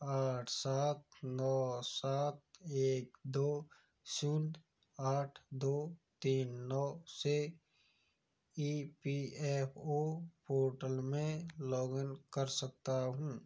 आठ सात नौ सात एक दो शून्य आठ दो तीन नौ से E P F O portal में लॉगिन कर सकता हूँ